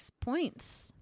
points